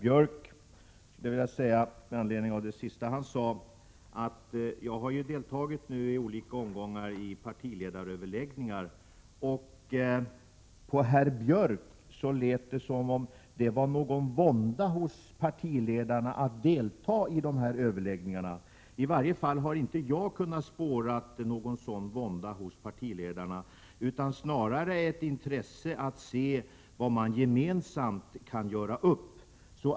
Herr talman! Med anledning av det senaste Gunnar Björk sade skulle jag vilja säga att jag i olika omgångar deltagit i partiledaröverläggningar. Det lät på Gunnar Björk som om det skulle medföra någon vånda för partiledarna att delta i de överläggningarna. I varje fall har inte jag kunnat spåra någon sådan vånda hos partiledarna utan snarare ett intresse att se vad man kan göra upp om.